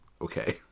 okay